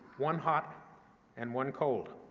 one hot and one cold.